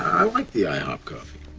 i like the ihop coffee.